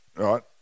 Right